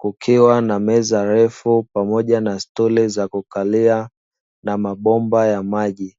kukiwa na meza ndefu pamoja na stuli za kukalia na mabomba ya maji.